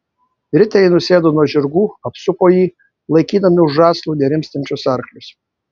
riteriai nusėdo nuo žirgų apsupo jį laikydami už žąslų nerimstančius arklius